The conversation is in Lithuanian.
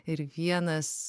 ir vienas